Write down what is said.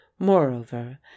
Moreover